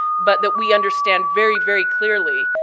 but that we understand very, very clearly